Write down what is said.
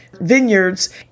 vineyards